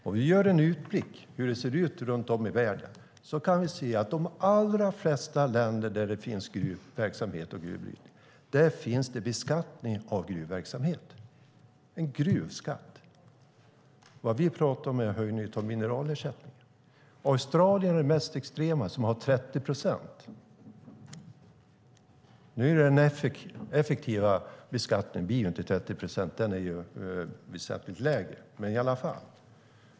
Om vi gör en utblick över världen kan vi se att i de allra flesta länder med gruvverksamhet och gruvbrytning finns en beskattning av gruvverksamheten, en gruvskatt. Det vi talar om är en höjning av mineralersättningen. Australien är det mest extrema landet med 30 procent. Nu är den effektiva beskattningen förstås inte 30 procent utan väsentligt lägre, men i alla fall.